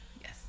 Yes